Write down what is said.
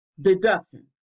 deduction